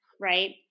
right